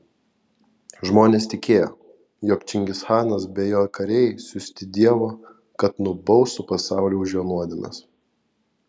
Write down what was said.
žmonės tikėjo jog čingischanas be jo kariai siųsti dievo kad nubaustų pasaulį už jo nuodėmes